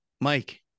Mike